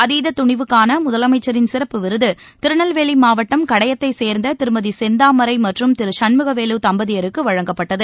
அதீத துணிவுக்கான முதலமைச்சரின் சிறப்பு விருது திருநெல்வேலி மாவட்டம் கடையத்தை சேர்ந்த திருமதி செந்தாமரை மற்றும் திரு சண்முகவேலு தம்பதியருக்கு வழங்கப்பட்டது